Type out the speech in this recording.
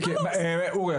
אורי,